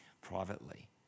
privately